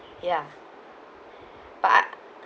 ya but uh